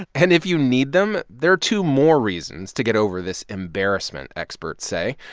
and if you need them, there are two more reasons to get over this embarrassment, experts say.